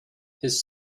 his